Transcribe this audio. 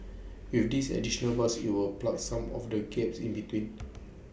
with this additional bus IT will plug some of the gaps in between